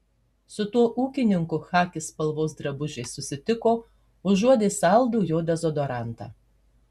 su tuo ūkininku chaki spalvos drabužiais susitiko užuodė saldų jo dezodorantą